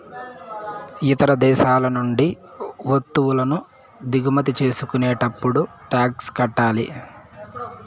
ఇతర దేశాల నుండి వత్తువులను దిగుమతి చేసుకునేటప్పుడు టాక్స్ కట్టాలి